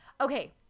okay